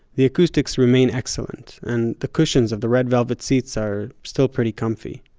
the acoustics remain excellent and the cushions of the red velvet seats are still pretty comfy.